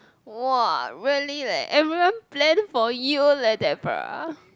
!woah! really leh everyone plan for you leh Debra